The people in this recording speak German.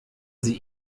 sie